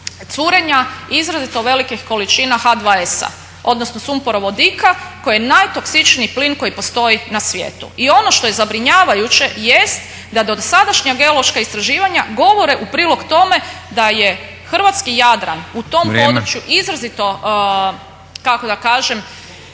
curenja izrazito velikih količina H2S-a odnosno sumporovodika koji je najtoksičniji plin koji postoji na svijetu. I ono što je zabrinjavajuće jest da dosadašnja geološka istraživanja govore u prilog tome da je hrvatski Jadran u tom području izrazito kako da kažem